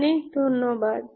অনেক ধন্যবাদ